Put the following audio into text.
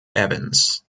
evans